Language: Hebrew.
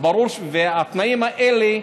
התנאים האלה,